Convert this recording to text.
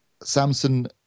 Samsung